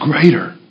greater